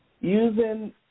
Using